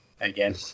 again